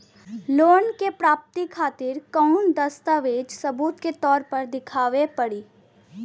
Loan प्राप्ति के खातिर कौन कौन दस्तावेज सबूत के तौर पर देखावे परी?